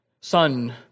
son